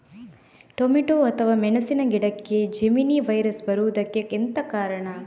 Tomato ಅಥವಾ ಮೆಣಸಿನ ಗಿಡಕ್ಕೆ ಜೆಮಿನಿ ವೈರಸ್ ಬರುವುದಕ್ಕೆ ಎಂತ ಕಾರಣ?